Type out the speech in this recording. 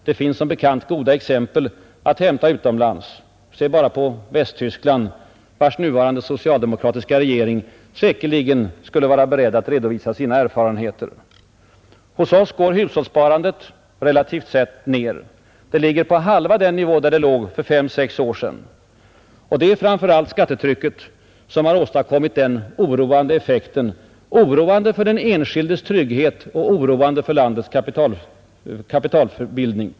Det finns som bekant goda exempel att hämta utomlands. Se bara på Västtyskland, vars nuvarande socialdemokratiska regering säkerligen är beredd att redovisa sina erfarenheter. Hos oss går hushållssparandet relativt sett ner. Det ligger på halva den nivå där det låg för fem å sex år sedan. Det är framför allt skattetrycket som har åstadkommit den oroande effekten, oroande för den enskildes trygghet och oroande för landets kapitalbildning.